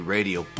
Radio